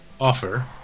offer